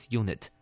unit